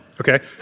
Okay